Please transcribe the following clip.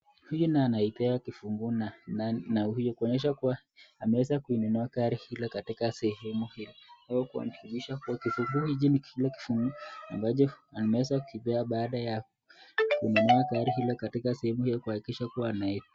Huyu naye anapewa kifungu na huyo kuonyesha kuwa ameweza kuinunua gari hilo katika sehemu hili kuonyesha kuwa kifungu hili ni ile kifungu ambacho ameweza kupewa baada ya kununua gari hilo katika sehemu ya kuhakikisha kwa anai...